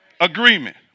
agreement